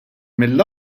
mill